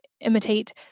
imitate